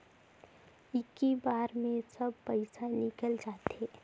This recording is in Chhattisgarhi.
इक्की बार मे सब पइसा निकल जाते?